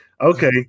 Okay